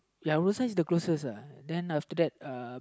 ya what sight is the closest lah then after that